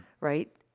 right